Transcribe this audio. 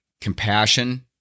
compassion